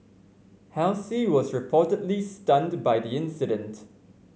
halsey was reportedly stunned by the incident